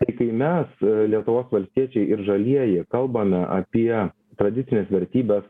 tai kai mes lietuvos valstiečiai ir žalieji kalbame apie tradicines vertybes